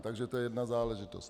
Takže to je jedna záležitost.